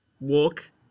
walk